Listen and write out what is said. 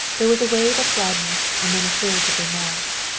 there was a wave of gladness and then a surge of remorse.